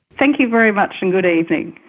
thank you very much, and good evening.